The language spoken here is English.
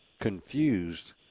confused